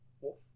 Wolf